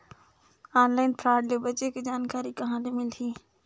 Online fraud ले बचे के जानकारी कहां ले मिलही?